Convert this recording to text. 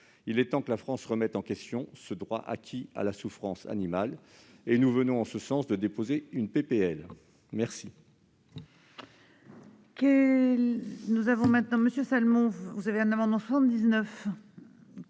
Il est temps que la France remette en question ce droit acquis à la souffrance animale. Nous venons d'ailleurs de déposer une proposition